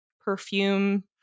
perfume